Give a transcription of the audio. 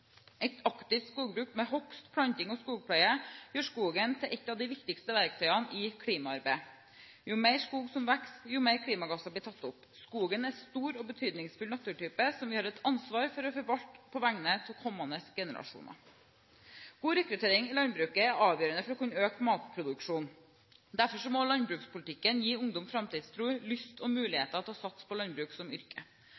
Et aktivt skogbruk med hogst, planting og skogpleie gjør skogen til et av de viktigste verktøyene i klimaarbeidet. Jo mer skog som vokser, jo mer klimagasser blir tatt opp. Skogen er en stor og betydningsfull naturtype som vi har et ansvar for å forvalte på vegne av kommende generasjoner. God rekruttering til landbruket er avgjørende for å kunne øke matproduksjonen. Derfor må landbrukspolitikken gi ungdom framtidstro, lyst og